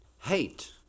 hate